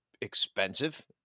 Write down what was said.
expensive